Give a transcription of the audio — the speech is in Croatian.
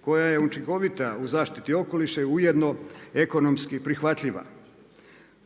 koja je učinkovita u zaštiti okoliša i ujedno ekonomski prihvatljiva.